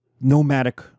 nomadic